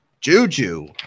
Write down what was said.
Juju